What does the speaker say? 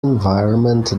environment